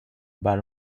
bas